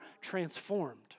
transformed